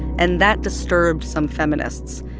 and that disturbed some feminists.